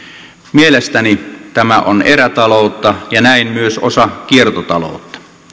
mielestäni tämä on erätaloutta ja näin myös osa kiertotaloutta